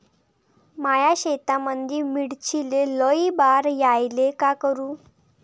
माया शेतामंदी मिर्चीले लई बार यायले का करू?